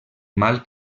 mal